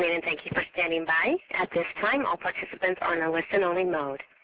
and and thank you for standing by. at this time all participants are in a listen only mode.